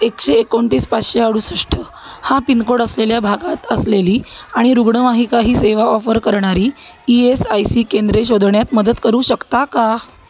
एकशे एकोणतीस पाचशे अडुसष्ट हा पिनकोड असलेल्या भागात असलेली आणि रुग्णवाहिका ही सेवा ऑफर करणारी ई एस आय सी केंद्रे शोधण्यात मदत करू शकता का